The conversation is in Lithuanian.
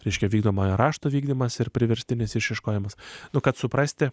reiškia vykdomojo rašto vykdymas ir priverstinis išieškojimas nu kad suprasti